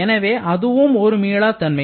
எனவே அதுவும் ஒரு மீளாத்தன்மை